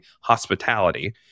hospitality